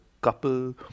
couple